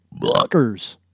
Blockers